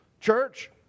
church